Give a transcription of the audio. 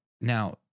Now